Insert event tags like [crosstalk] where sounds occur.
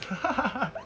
[laughs]